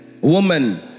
woman